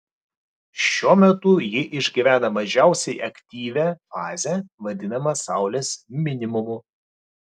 šiuo metu ji išgyvena mažiausiai aktyvią fazę vadinamą saulės minimumu